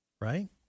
Right